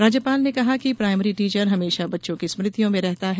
राज्यपाल ने कहा कि प्रायमरी टीचर हमेशा बच्चों की स्मृतियों में रहता है